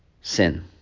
sin